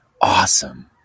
awesome